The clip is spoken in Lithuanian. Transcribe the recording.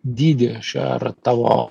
dydį šią ar tavo